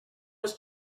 was